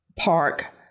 park